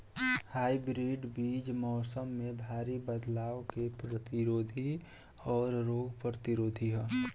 hybrid बीज मौसम में भारी बदलाव के प्रतिरोधी और रोग प्रतिरोधी ह